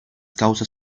causas